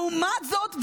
לעומת זאת,